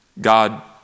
God